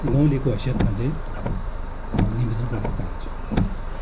गाउँलेको हैसियतमा चाहिँ निवेदन गर्न चाहन्छु